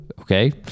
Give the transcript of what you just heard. Okay